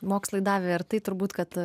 mokslai davė ir tai turbūt kad